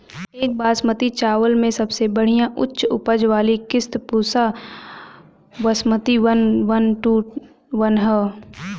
एक बासमती चावल में सबसे बढ़िया उच्च उपज वाली किस्म Pusa Basmati one one two one ह?